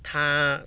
他